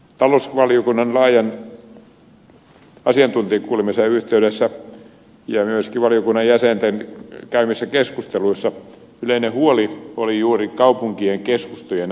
talousvaliokunnan laajan asiantuntijakuulemisen yhteydessä ja myöskin valiokunnan jäsenten käymissä keskusteluissa yleinen huoli oli juuri kaupunkien keskustojen autioituminen